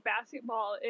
basketball